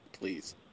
Please